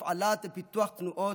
הפעלה ופיתוח של תנועות,